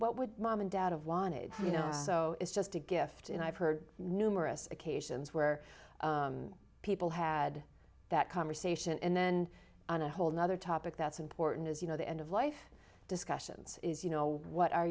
what would mom and dad have wanted you know so it's just a gift and i've heard numerous occasions where people had that conversation and then on a whole nother topic that's important as you know the end of life discussions is you know what are